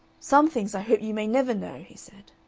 some things i hope you may never know, he said.